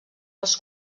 els